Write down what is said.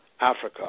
Africa